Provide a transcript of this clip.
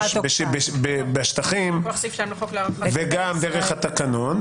-- בשטחים וגם דרך התקנון,